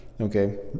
okay